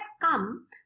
come